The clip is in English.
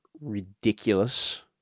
ridiculous